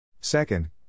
Second